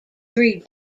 three